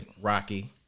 Rocky